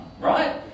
right